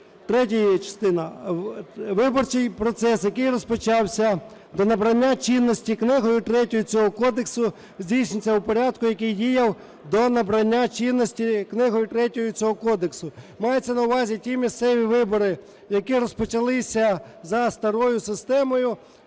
Третя частина. Виборчий процес, який розпочався до набрання чинності Книгою третьою цього Кодексу, здійснюється у порядку, який діяв до набрання чинності Книгою третьою цього Кодексу. Мається на увазі, ті місцеві вибори, які розпочали за старою системою,